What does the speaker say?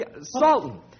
Salton